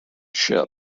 ship